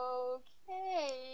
okay